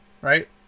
right